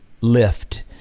lift